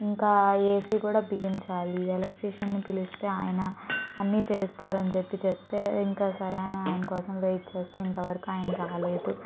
ఇంకా ఏసీ కూడా బిగించాలి ఎలెక్ట్రీషియన్ పిలిస్తే ఆయన అన్ని చేస్తారు అని చెప్పి చెప్తే ఇంకా సరే అని ఆయన కోసం వెయిట్ చేస్తే ఇంతవరకూ ఆయన రాలేదు